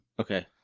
Okay